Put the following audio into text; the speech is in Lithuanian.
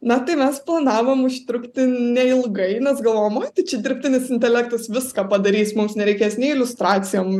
na tai mes planavom užtrukti neilgai nes galvojom oi tai čia dirbtinis intelektas viską padarys mums nereikės nei iliustracijom